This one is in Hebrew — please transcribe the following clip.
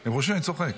הם חושבים שאני צוחק,